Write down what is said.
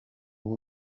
w’u